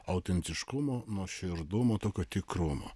autentiškumo nuoširdumo tokio tikrumo